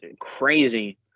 crazy